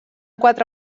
quatre